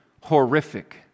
horrific